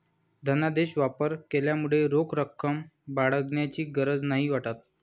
धनादेश वापर केल्यामुळे रोख रक्कम बाळगण्याची गरज नाही वाटत